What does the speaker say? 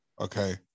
Okay